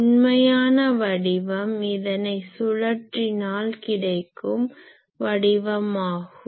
உண்மையான வடிவம் இதனை சுழற்றினால் கிடைக்கும் வடிவமாகும்